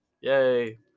yay